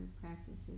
practices